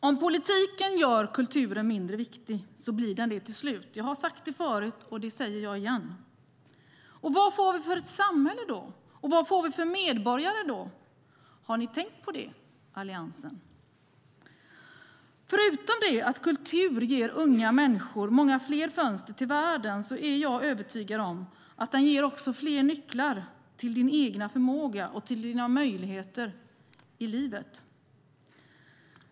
Om politiken gör kulturen mindre viktig blir den det till slut - jag har sagt det förut, och jag säger det igen. Vad får vi för samhälle då? Och vad får vi för medborgare då? Har ni tänkt på det, Alliansen? Förutom det att kultur ger unga människor många fler fönster till världen är jag övertygad om att den också ger fler nycklar till din egen förmåga och till dina möjligheter här i livet.